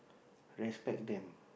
respect them